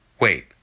Wait